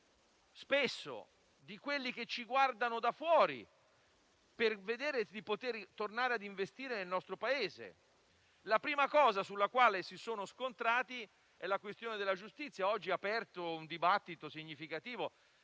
spesso di quelli che ci guardano da fuori per vedere di poter tornare ad investire nel nostro Paese e la prima cosa con la quale si sono scontrati è la questione della giustizia. Oggi è aperto un dibattito significativo